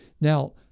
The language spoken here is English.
Now